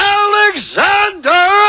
alexander